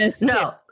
No